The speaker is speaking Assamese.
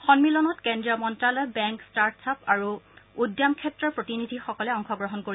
সম্মিলনত কেন্দ্ৰীয় মন্ত্ৰ্যালয় বেংক ষ্টাট আপচ্ আৰু উদ্যম ক্ষেত্ৰৰ প্ৰতিনিধিসকলে অংশগ্ৰহণ কৰিব